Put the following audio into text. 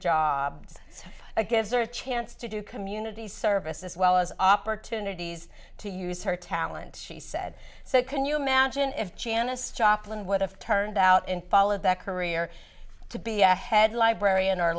job a gives or a chance to do community service as well as opportunities to use her talent she said so can you imagine if janis joplin would have turned out in fall of that career to be a head librarian or